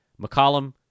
McCollum